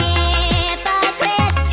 hypocrite